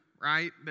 right